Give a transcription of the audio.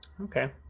Okay